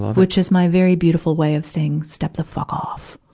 which is my very beautiful way of saying step the fuck off!